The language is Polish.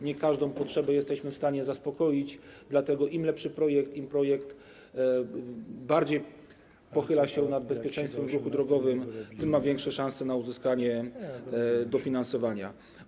Nie każdą potrzebę jesteśmy w stanie zaspokoić, dlatego im lepszy projekt, im projekt bardziej pochyla się nad bezpieczeństwem w ruchu drogowym, tym ma większe szanse na uzyskanie dofinansowania.